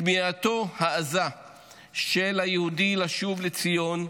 כמיהתו העזה של היהודי לשוב לציון,